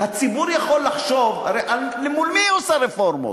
הציבור יכול לחשוב, אל מול מי היא עושה רפורמות?